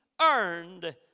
earned